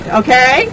okay